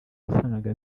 wasangaga